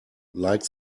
like